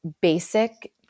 basic